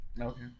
Okay